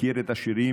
הכיר את השירים.